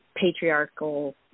patriarchal